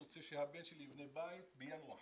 רוצה שהבן שלי יבנה בית ביאנוח